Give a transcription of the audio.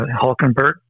Hulkenberg